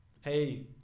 Hey